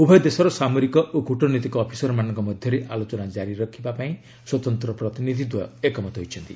ଉଭୟ ଦେଶର ସାମରିକ ଓ କ୍ରଟନୈତିକ ଅଫିସରମାନଙ୍କ ମଧ୍ୟରେ ଆଲୋଚନା କାରି ରହିବା ପାଇଁ ସ୍ୱତନ୍ତ୍ର ପ୍ରତିନିଧି ଦ୍ୱୟ ଏକମତ ହୋଇଛନ୍ତି